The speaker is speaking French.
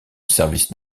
service